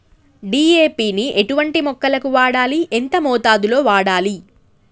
DAP ని ఎటువంటి మొక్కలకు వాడాలి? ఎంత మోతాదులో వాడాలి?